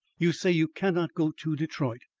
you say you cannot go to detroit.